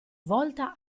volta